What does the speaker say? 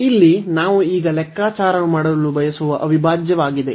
ಇಲ್ಲಿ ನಾವು ಈಗ ಲೆಕ್ಕಾಚಾರ ಮಾಡಲು ಬಯಸುವ ಅವಿಭಾಜ್ಯವಾಗಿದೆ